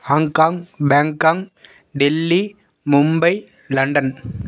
Hong Kong Bangkok Delhi Mumbai London